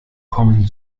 kommen